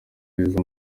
heza